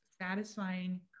satisfying